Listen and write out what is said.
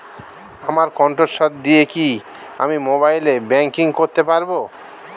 আমার কন্ঠস্বর দিয়ে কি আমি মোবাইলে ব্যাংকিং করতে পারবো?